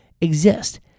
exist